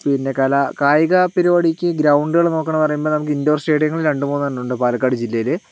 പിന്നെ കലാകായിക പരിപാടിക്ക് ഗ്രൗണ്ടുകൾ നോക്കണമെന്ന് പറയുമ്പോൾ നമുക്ക് ഇൻഡോർ സ്റ്റേഡിയങ്ങള് രണ്ട് മൂന്നെണ്ണമുണ്ട് പാലക്കാട് ജില്ലയിൽ